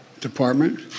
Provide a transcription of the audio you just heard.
Department